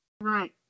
Right